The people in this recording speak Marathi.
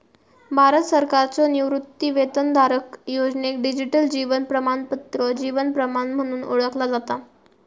भारत सरकारच्यो निवृत्तीवेतनधारक योजनेक डिजिटल जीवन प्रमाणपत्र जीवन प्रमाण म्हणून ओळखला जाता